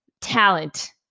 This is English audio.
talent